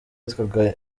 witwaga